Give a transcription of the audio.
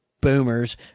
boomers